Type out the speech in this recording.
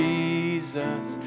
Jesus